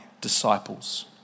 disciples